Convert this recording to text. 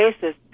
basis